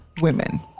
women